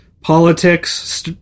Politics